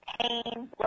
pain